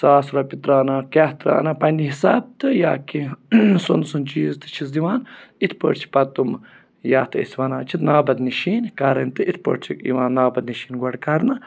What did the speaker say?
ساس رۄپیہِ ترٛاونا کیٛاہ ترٛاونا پنٛنہِ حِساب تہٕ یا کینٛہہ سۄنہٕ سُنٛد چیٖز تہِ چھِس دِوان یِتھ پٲٹھۍ چھِ پَتہٕ تِم یَتھ أسۍ وَنان چھِ نابَد نِشٲنۍ کَرٕنۍ تہٕ اِتھ پٲٹھۍ چھِ یِوان نابَد نِشٲنۍ گۄڈٕ کَرنہٕ